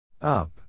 Up